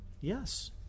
Yes